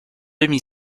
demi